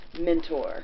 mentor